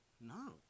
no